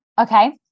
Okay